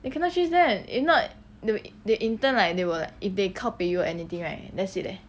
they cannot chase them if not they wi~ they will in turn like they will like if they kao peh you or anything right that's it eh